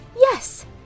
Yes